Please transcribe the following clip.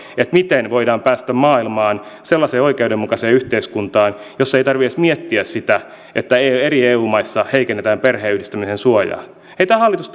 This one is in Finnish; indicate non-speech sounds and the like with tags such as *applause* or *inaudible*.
tai kysy miten voidaan päästä sellaiseen maailmaan oikeudenmukaiseen yhteiskuntaan jossa ei tarvitse edes miettiä sitä että eri eu maissa heikennetään perheenyhdistämisen suojaa ei tämä hallitus *unintelligible*